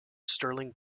sterling